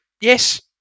Yes